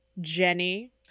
Jenny